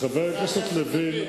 חבר הכנסת לוין,